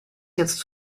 jetzt